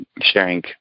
sharing